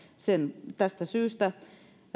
tästä syystä